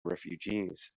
refugees